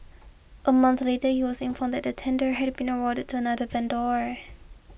a month later he was informed that the tender had been awarded to another vendor